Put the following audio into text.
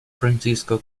francisco